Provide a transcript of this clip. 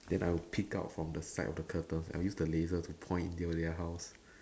then I would peek out from the side of the curtain I use the laser to point into their house